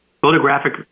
photographic